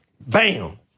bam